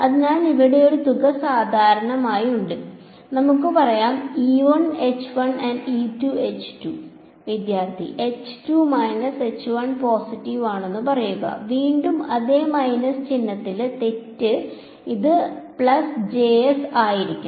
അതിനാൽ ഇവിടെ ഒരു തുക സാധാരണയുണ്ട് നമുക്ക് പറയാം വിദ്യാർത്ഥി H 2 മൈനസ് H 1 പോസിറ്റീവ് ആണെന്ന് പറയുക വീണ്ടും അതെ മൈനസ് ചിഹ്നത്തിലെ തെറ്റ് ഇത് പ്ലസ് ആയിരിക്കണം